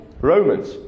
romans